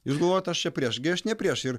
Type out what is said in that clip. jūs galvojat aš čia prieš gi aš ne prieš ir